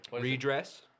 Redress